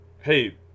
hey